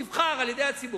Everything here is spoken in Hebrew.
שנבחר על-ידי הציבור,